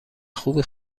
خوبی